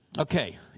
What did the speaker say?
Okay